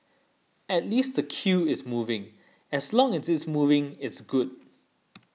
at least the queue is moving as long as it's moving it's good